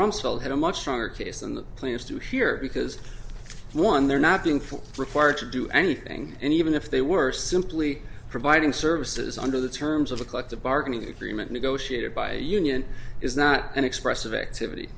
rumsfeld had a much stronger case than the players do here because one they're not going for required to do anything and even if they were simply providing services under the terms of a collective bargaining agreement negotiated by a union is not an expressive activity